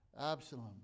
Absalom